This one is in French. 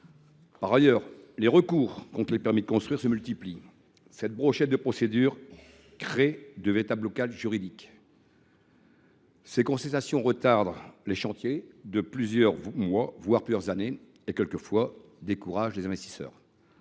Par ailleurs, les recours contre les permis de construire se multiplient. Cette brochette de procédures crée de véritables blocages juridiques. Ces contestations retardent les chantiers de plusieurs mois, voire de plusieurs années, et découragent parfois les investisseurs.